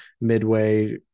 midway